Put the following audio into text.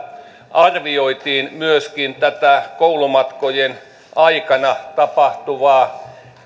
arvioitiin myöskin tätä koulumatkojen aikana tapahtuvaa